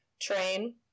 train